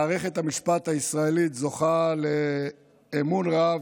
מערכת המשפט הישראלית זוכה לאמון רב,